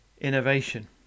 innovation